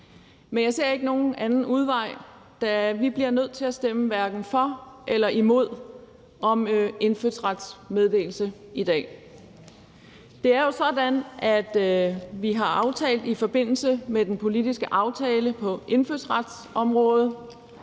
men jeg ser ingen anden udvej, da vi bliver nødt til at stemme hverken for eller imod om indfødsrets meddelelse i dag. Det er jo sådan, at vi i forbindelse med den politiske aftale på indfødsretsområdet